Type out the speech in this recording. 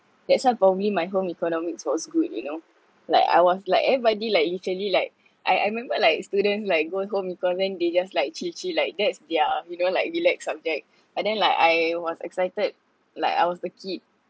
that's why for me my home economics was good you know like I was like everybody like usually like I I remember like students like go home econs then they just like chill chill like that's their you know like relax subject and then like I was excited like I was a kid